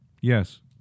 Yes